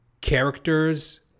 characters